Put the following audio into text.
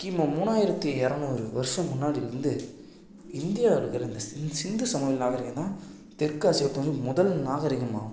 கிமு மூணாயிரத்து இரநூறு வருஷம் முன்னாடியில் இருந்து இந்தியாவில் இருக்கிற இந்த சிந் சிந்து சமவெளி நாகரிகம் தான் தெற்காசியதுன் முதல் நாகரிகமாகும்